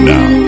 Now